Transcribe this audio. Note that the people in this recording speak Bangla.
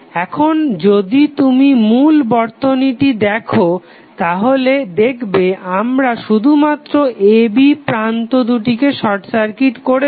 এখন যদি তুমি মূল বর্তিনীটি দেখো তাহলে দেখবে আমরা শুধুমাত্র a b প্রান্ত দুটিকে শর্ট সার্কিট করেছি